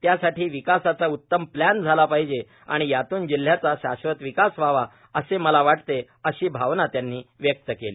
त्यासाठी विकासाचा उत्तम प्लान झाला पाहिजे आणि यातून जिल्हयाचा शाश्वत विकास व्हावा असे मला वाटते अशी भावना त्यांनी व्यक्त केली